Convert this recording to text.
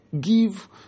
Give